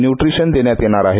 न्ट्रिशयन देण्यात येणार आहेत